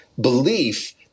belief